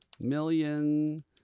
million